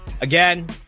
again